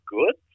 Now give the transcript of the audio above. good